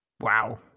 wow